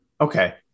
Okay